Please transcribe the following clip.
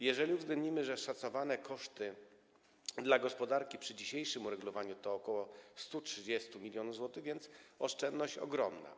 Jeżeli uwzględnimy, że szacowane koszty dla gospodarki przy dzisiejszym uregulowaniu to ok. 130 mln zł, oszczędność jest ogromna.